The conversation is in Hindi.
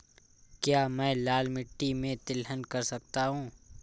क्या मैं लाल मिट्टी में तिलहन कर सकता हूँ?